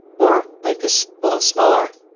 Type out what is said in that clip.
or make this a lot smaller